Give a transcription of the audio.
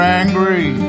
angry